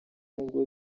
nubwo